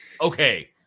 Okay